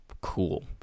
cool